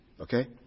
okay